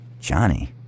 Johnny